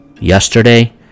yesterday